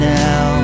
now